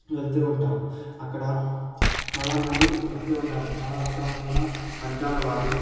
వెళ్తూ ఉంటాం అక్కడ చాలా మంది వస్తూ ఉంటారు చాలా రకములైన వర్గాల వారు